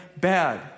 bad